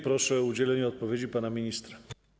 Proszę o udzielenie odpowiedzi pana ministra.